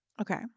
Okay